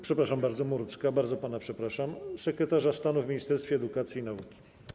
przepraszam bardzo, Murdzka - bardzo pana przepraszam - sekretarza stanu w Ministerstwie Edukacji i Nauki.